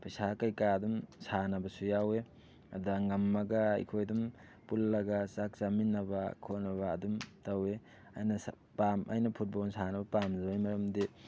ꯄꯩꯁꯥ ꯀꯩꯀꯥ ꯑꯗꯨꯝ ꯁꯥꯟꯅꯕꯁꯨ ꯌꯥꯎꯋꯤ ꯑꯗ ꯉꯝꯃꯒ ꯑꯩꯈꯣꯏ ꯑꯗꯨꯝ ꯄꯨꯜꯂꯒ ꯆꯥꯛ ꯆꯥꯃꯤꯟꯅꯕ ꯈꯣꯠꯅꯕ ꯑꯗꯨꯝ ꯇꯧꯋꯤ ꯑꯩꯅ ꯄꯥꯝ ꯑꯩꯅ ꯐꯨꯠꯕꯣꯜ ꯁꯥꯟꯅꯕ ꯄꯥꯝꯂꯤꯕꯒꯤ ꯃꯔꯝꯗꯤ